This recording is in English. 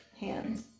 hands